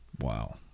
Wow